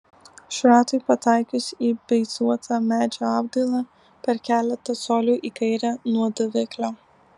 šratui pataikius į beicuotą medžio apdailą per keletą colių į kairę nuo daviklio